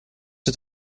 het